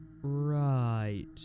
Right